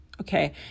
okay